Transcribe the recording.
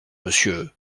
monsieur